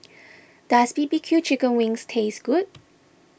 does B B Q Chicken Wings taste good